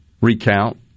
recount